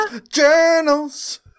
journals